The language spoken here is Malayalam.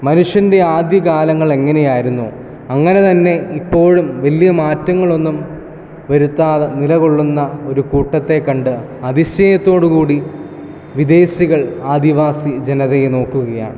മനുഷ്യൻ്റെ ആദ്യകാലങ്ങൾ എങ്ങനെയായിരുന്നോ അങ്ങനെ തന്നെ ഇപ്പോഴും വലിയ മാറ്റങ്ങൾ ഒന്നും വരുത്താതെ നിലകൊള്ളുന്ന ഒരു കൂട്ടത്തെ കണ്ട് അതിശയത്തോടു കൂടി വിദേശികൾ ആദിവാസി ജനതയെ നോക്കുകയാണ്